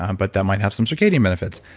um but that might have some circadian benefits.